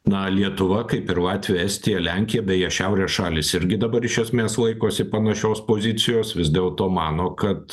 na lietuva kaip ir latvija estija lenkija beje šiaurės šalys irgi dabar iš esmės laikosi panašios pozicijos vis dėlto mano kad